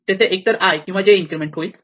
तेथे एकतर i किंवा j इन्क्रिमेंट होतील